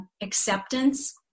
acceptance